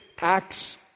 acts